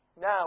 now